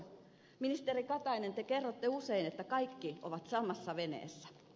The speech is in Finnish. ministeri katainen te kerrotte usein että kaikki ovat samassa veneessä